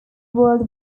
world